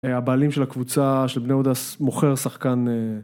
הבעלים של הקבוצה של בני אודס מוכר שחקן